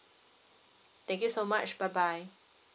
thank you so much bye bye